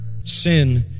sin